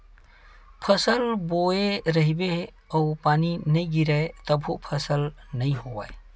फसल बोए रहिबे अउ पानी नइ गिरिय तभो फसल नइ होवय